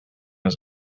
was